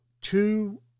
two